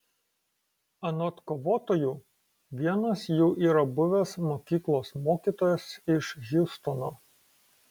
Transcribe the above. anot kovotojų vienas jų yra buvęs mokyklos mokytojas iš hjustono